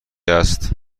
است